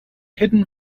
hidden